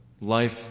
life